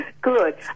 Good